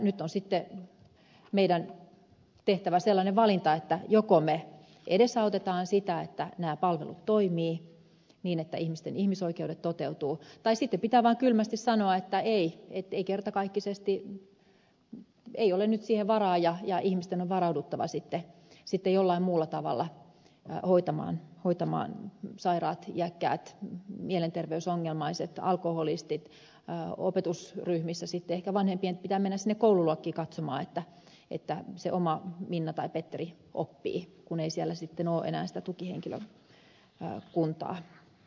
nyt meidän on sitten tehtävä sellainen valinta että joko me edesautamme sitä että nämä palvelut toimivat niin että ihmisten ihmisoikeudet toteutuvat tai sitten pitää vain kylmästi sanoa että ei ei kertakaikkisesti ole nyt siihen varaa ja ihmisten on varauduttava jollain muulla tavalla hoitamaan sairaat iäkkäät mielenterveysongelmaiset alkoholistit opetusryhmissä sitten ehkä vanhempien pitää mennä sinne koululuokkiin katsomaan että se oma minna tai petteri oppii kun ei siellä sitten enää ole sitä tukihenkilökuntaa